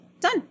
Done